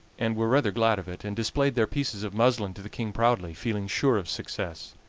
and were rather glad of it, and displayed their pieces of muslin to the king proudly, feeling sure of success.